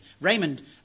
Raymond